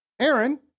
Aaron